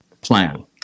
plan